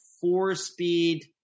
four-speed